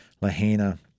Lahaina